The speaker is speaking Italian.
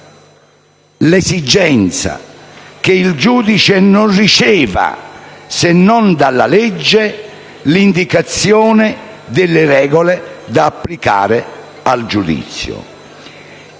l'esigenza che il giudice non riceva, se non dalla legge, l'indicazione delle regole da applicare al giudizio.